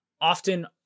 often